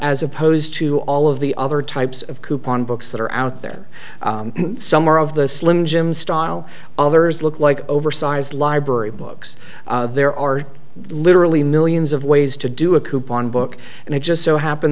as opposed to all of the other types of coupon books that are out there some are of the slim jim style others look like oversized library books there are literally millions of ways to do a coupon book and it just so happened